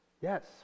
Yes